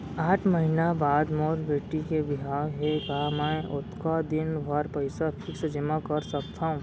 आठ महीना बाद मोर बेटी के बिहाव हे का मैं ओतका दिन भर पइसा फिक्स जेमा कर सकथव?